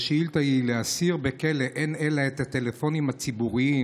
השאילתה היא: לאסיר בכלא אין אלא את הטלפונים הציבוריים,